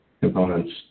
components